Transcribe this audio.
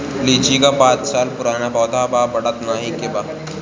लीची क पांच साल पुराना पौधा बा बढ़त नाहीं बा काहे?